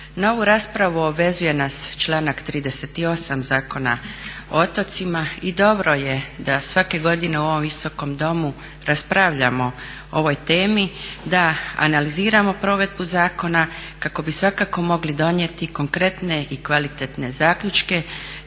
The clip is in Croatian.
ovu raspravu obvezuje nas članak 38. Zakona o otocima i dobro je da svake godine u ovom Visokom domu raspravljamo o ovoj temi, da analiziramo provedbu zakona kako bi svakako mogli donijeti konkretne i kvalitetne zaključke